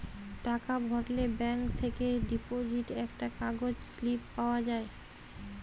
টাকা ভরলে ব্যাঙ্ক থেকে ডিপোজিট একটা কাগজ স্লিপ পাওয়া যায়